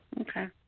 Okay